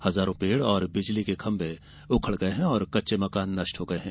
हजारों पेड़ और बिजली के खम्मे उखड़ गए हैं और कच्चे मकान नष्ट हो गए हैं